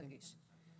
אל תגיש.